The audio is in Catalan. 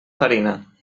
farina